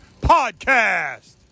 Podcast